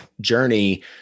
journey